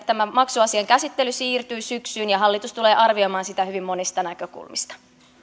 tämän maksuasian käsittely siirtyy syksyyn ja hallitus tulee arvioimaan sitä hyvin monista näkökulmista